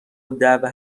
الدعوه